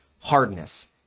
hardness